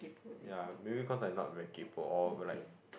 ya maybe cause I not very kaypo or like